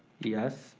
yes,